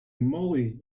moly